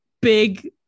big